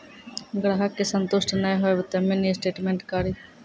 ग्राहक के संतुष्ट ने होयब ते मिनि स्टेटमेन कारी?